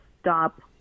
stop